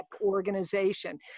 organization